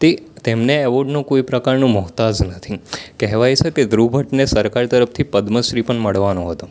તે તેમને એવોર્ડનું કોઈ પ્રકારનું મોહતાજ નથી કહેવાય છે કે ધ્રુવ ભટ્ટને સરકાર તરફથી પદ્મ શ્રી પણ મળવાનો હતો